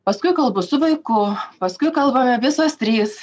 paskui kalbu su vaiku paskui kalbame visos trys